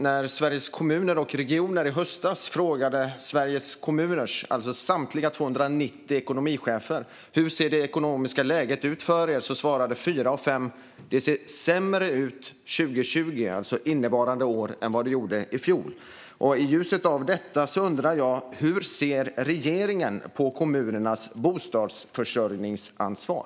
När Sveriges Kommuner och Regioner i höstas frågade ekonomicheferna i samtliga Sveriges 290 kommuner hur det ekonomiska läget såg ut svarade fyra av fem att det såg sämre ut inför 2020 - det vill säga innevarande år - än vad det gjorde i fjol. I ljuset av detta undrar jag: Hur ser regeringen på kommunernas bostadsförsörjningsansvar?